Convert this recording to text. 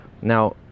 Now